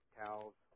cows